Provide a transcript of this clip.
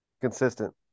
consistent